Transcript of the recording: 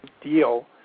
deal